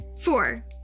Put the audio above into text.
Four